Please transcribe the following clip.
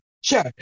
Sure